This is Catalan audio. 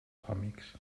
còmics